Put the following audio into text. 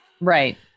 Right